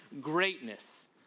greatness